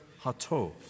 Hatov